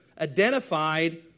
identified